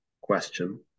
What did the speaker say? question